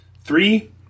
Three